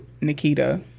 Nikita